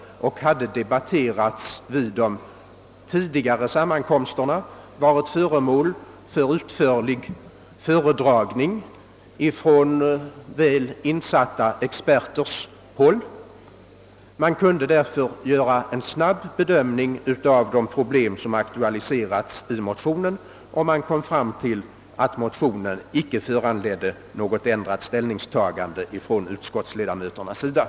Den hade debatterats vid tidigare sammankomster och varit föremål för utförlig föredragning av väl insatta experter. Man kunde därför göra en snabb bedömning av de problem som berördes i motionen, och man kom fram till att den icke föranledde något ändrat ställningstagande för utskottsledamöternas del.